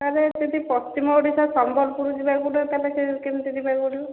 sir ସେଠୁ ପଶ୍ଚିମ ଓଡ଼ିଶା ସମ୍ବଲପୁର ଯିବାକୁ ହେଲେ ତାହେଲେ କେମିତି ଯିବାକୁ ପଡ଼ିବ